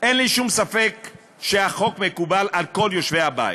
אין לי שום ספק שהחוק מקובל על כל יושבי הבית,